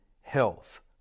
health